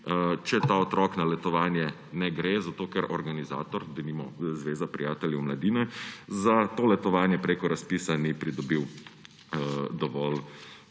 če ta otrok na letovanje ne gre, zato ker organizator, denimo Zveza prijateljev mladine, za to letovanje prek razpisa ni pridobil dovolj